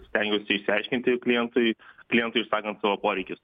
stengiuosi išsiaiškinti klientui klientui išsakant savo poreikius